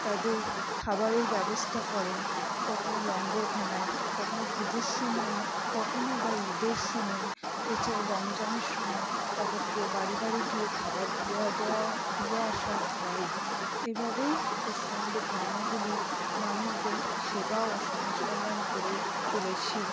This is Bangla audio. তাদের খাবারের ব্যবস্থা করেন কখনও লঙ্গরখানায় কখনও পুজোর সময় কখনও বা ঈদের সময় এছাড়া রমজানের সময় তাদেরকে বাড়ি বাড়ি গিয়ে খাবার দিয়ে দেওয়া দিয়ে আসা হয় এভাবেই পশ্চিমবঙ্গের ধর্মগুলি মানুষদের সেবা ও সমাজকল্যাণ করে চলেছে